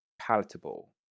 palatable